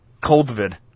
cold-vid